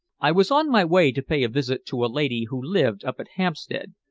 i was on my way to pay a visit to a lady who lived up at hampstead,